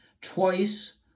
Twice